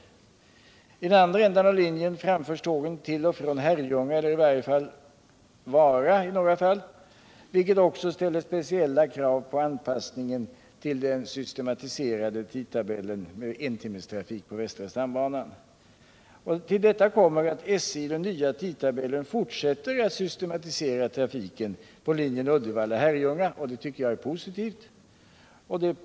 I andra änden av linjen framförs tågen till och från Herrljunga, eller till och från Vara i några fall, vilket också ställer speciella krav på anpassningen till den systematiserade tidtabellen med entimmestrafik på västra stambanan. Till detta kommer att SJ enligt den nya tidtabellen fortsatt att systematisera trafiken på linjen Uddevalla-Herrljunga, och det tycker jag är positivt.